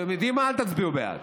אתם יודעים מה, אל תצביעו בעד,